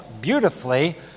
beautifully